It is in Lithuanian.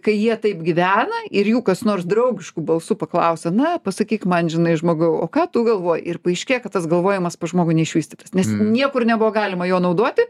kai jie taip gyvena ir jų kas nors draugišku balsu paklausia na pasakyk man žinai žmogau o ką tu galvoji ir paaiškėja kad tas galvojimas pas žmogų neišvystytas nes niekur nebuvo galima jo naudoti